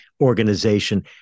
organization